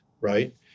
right